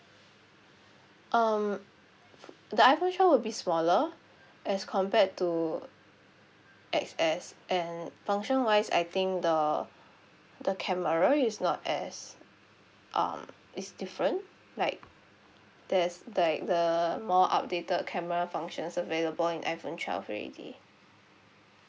um the iphone twelve will be smaller as compared to X_S and function wise I think the the camera is not as um is different like there's like the more updated camera functions available in iphone twelve already